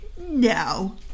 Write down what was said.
No